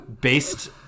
based